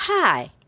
Hi